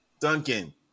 Duncan